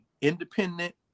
independent